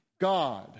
God